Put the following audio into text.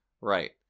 Right